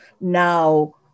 now